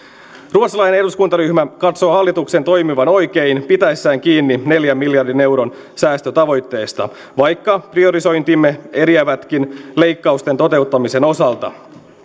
ruotsalainen eduskuntaryhmä katsoo hallituksen toimivan oikein pitäessään kiinni neljän miljardin euron säästötavoitteesta vaikka priorisointimme eriävätkin leikkausten toteuttamisen osalta